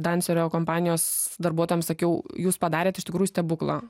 dancerio kompanijos darbuotojams sakiau jūs padarėt iš tikrųjų stebuklą